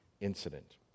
incident